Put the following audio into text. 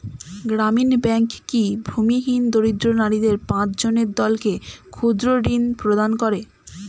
গ্রামীণ ব্যাংক কি ভূমিহীন দরিদ্র নারীদের পাঁচজনের দলকে ক্ষুদ্রঋণ প্রদান করে?